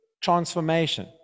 transformation